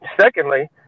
secondly